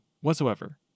Whatsoever